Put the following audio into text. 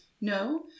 no